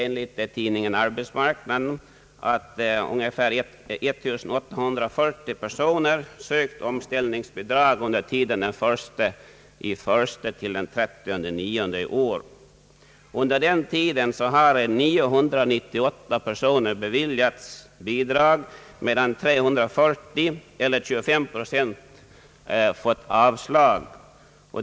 Enligt tidningen Arbetsmarknaden har ungefär 1840 personer under tiden från den 1 juli till den 30 september i år ansökt om bidrag. Av dem har 998 personer beviljats bidrag, medan 340 eller 25 procent fått avslag.